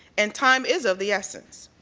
and time is of the essence.